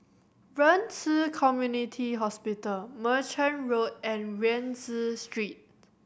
Ren Ci Community Hospital Merchant Road and Rienzi Street